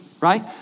right